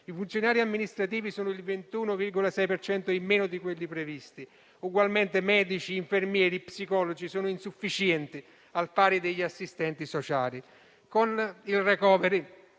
I funzionari amministrativi sono il 21,6 per cento in meno di quelli previsti. Ugualmente medici, infermieri, psicologi sono insufficienti, al pari degli assistenti sociali. Con il *recovery*